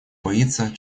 боится